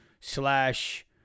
slash